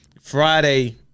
Friday